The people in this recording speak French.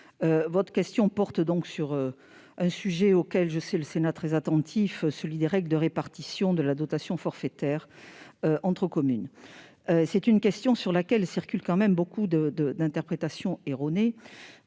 votre question porte sur un sujet auquel je sais le Sénat très attentif, celui des règles de répartition de la dotation forfaitaire entre communes. C'est une question sur laquelle circulent tout de même beaucoup d'interprétations erronées,